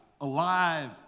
alive